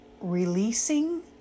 releasing